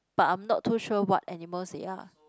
but I'm not too sure what animals they are